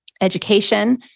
education